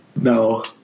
No